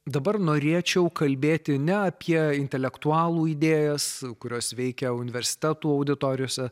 dabar norėčiau kalbėti ne apie intelektualų idėjas kurios veikia universitetų auditorijose